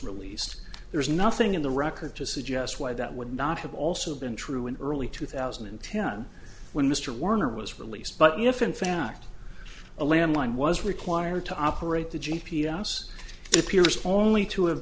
released there's nothing in the record to suggest why that would not have also been true in early two thousand and ten when mr warner was released but if in fact a landline was required to operate the g p s it appears only to have